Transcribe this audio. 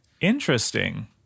Interesting